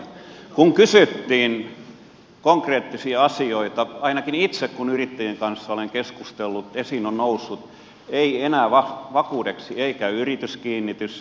kun kysyttiin konkreettisia asioita niin ainakin itse kun yrittäjien kanssa olen keskustellut esiin on noussut että enää vakuudeksi ei käy yrityskiinnitys